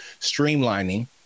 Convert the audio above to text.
streamlining